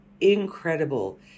incredible